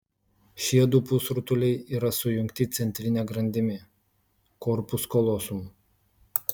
šie du pusrutuliai yra sujungti centrine grandimi korpus kalosum